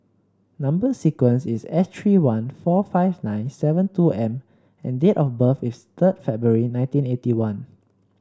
number sequence is S three one four five nine seven two M and date of birth is third February nineteen eighty one